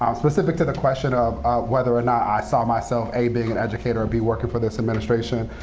um specific to the question of whether or not i saw myself, a, being an educator, or b, working for this administration,